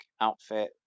outfit